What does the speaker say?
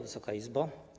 Wysoka Izbo!